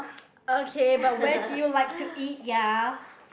okay but where do you like to eat ya